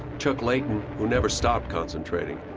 chuck leighton, who never stopped concentrating,